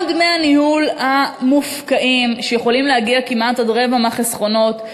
גם דמי הניהול המופקעים שיכולים להגיע כמעט עד רבע מהחסכונות,